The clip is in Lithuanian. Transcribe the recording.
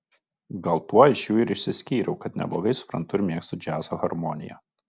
gal tuo iš jų ir išsiskyriau kad neblogai suprantu ir mėgstu džiazo harmoniją